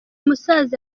musaza